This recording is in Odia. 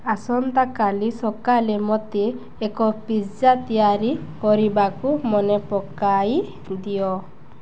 ଆସନ୍ତାକାଲି ସକାଳେ ମୋତେ ଏକ ପିଜ୍ଜା ତିଆରି କରିବାକୁ ମନେ ପକାଇ ଦିଅ